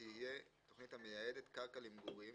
אתרים לאומיים ואתרי הנצחה (תיקון מס' 17) (תכנית למגורים